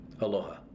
Aloha